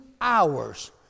hours